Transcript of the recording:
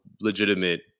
legitimate